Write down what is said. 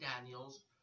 Daniels